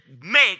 make